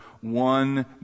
one